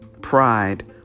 pride